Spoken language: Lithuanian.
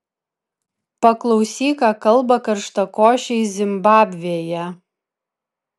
paklausyk ką kalba karštakošiai zimbabvėje